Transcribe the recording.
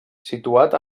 situat